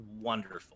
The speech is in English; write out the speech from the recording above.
wonderful